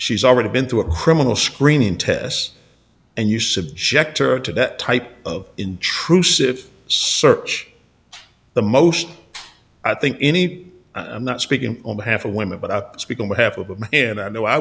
she's already been through a criminal screening tests and you subject her to that type of intrusive search the most i think any i'm not speaking on behalf of women but i speak on behalf of them and i know i